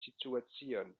situacion